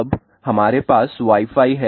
अब हमारे पास वाई फाई है